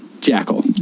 Jackal